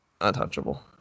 Untouchable